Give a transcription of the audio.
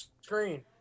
screen